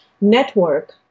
network